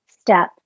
step